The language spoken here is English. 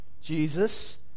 Jesus